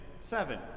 Seven